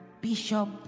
Bishop